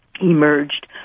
emerged